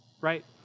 right